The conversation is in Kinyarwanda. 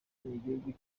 n’igihe